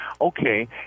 okay